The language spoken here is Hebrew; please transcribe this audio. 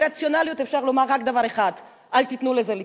מרציונליות אפשר לומר רק דבר אחד: אל תיתנו לזה לקרות.